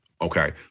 Okay